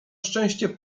szczęście